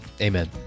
Amen